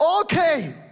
okay